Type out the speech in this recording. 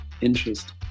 interest